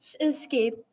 escape